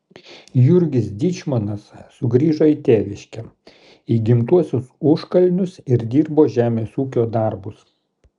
jurgis dyčmonas sugrįžo į tėviškę į gimtuosius užkalnius ir dirbo žemės ūkio darbus